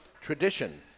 tradition